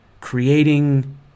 creating